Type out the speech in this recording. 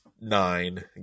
nine